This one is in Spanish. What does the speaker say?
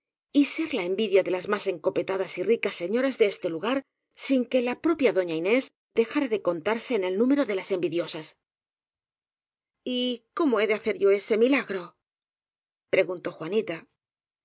y ser la envidia de las más encopetadas y ricas señoras de este lugar sin que la propia doña inés dejara de contarse en el núme ro de las envidiosas y cómo he de hacer yo ese milagro pre guntó juanita